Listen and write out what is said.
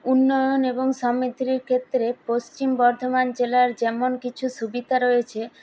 উন্নয়ন এবং সমৃদ্ধির ক্ষেত্রে পশ্চিম বর্ধমান জেলার যেমন কিছু সুবিধা রয়েছে